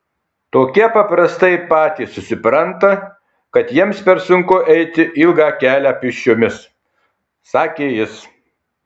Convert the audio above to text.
tokie paprastai patys susipranta kad jiems per sunku eiti ilgą kelią pėsčiomis sakė jis